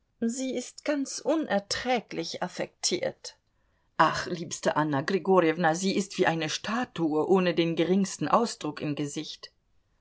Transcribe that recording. sie ist ganz unerträglich affektiert ach liebste anna grigorjewna sie ist wie eine statue ohne den geringsten ausdruck im gesicht